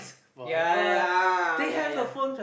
ya ya ya ya